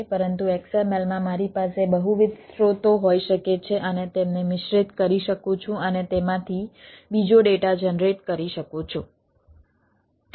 પરંતુ XML માં મારી પાસે બહુવિધ સ્ત્રોતો હોઈ શકે છે અને તેમને મિશ્રિત કરી શકું છું અને તેમાંથી બીજો ડેટા જનરેટ કરી શકું છું